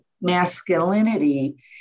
masculinity